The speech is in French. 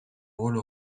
rôle